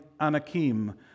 Anakim